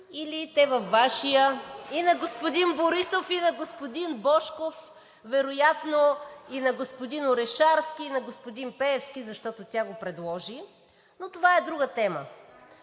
Или те във Вашия, и на господин Борисов, и на господин Божков, вероятно и на господин Орешарски, и на господин Пеевски, защото тя го предложи, но това е друга тема.